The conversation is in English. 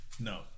No